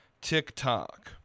TikTok